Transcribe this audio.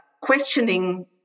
questioning